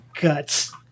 guts